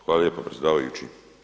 Hvala lijepo predsjedavajući.